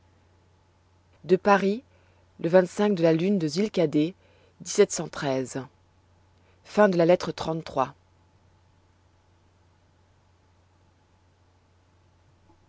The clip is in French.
de paris le de la lune de lettre